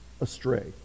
astray